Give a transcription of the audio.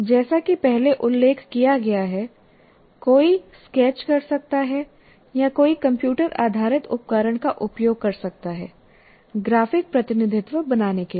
जैसा कि पहले उल्लेख किया गया है कोई स्केच कर सकता है या कोई कंप्यूटर आधारित उपकरण का उपयोग कर सकता है ग्राफिक प्रतिनिधित्व बनाने के लिए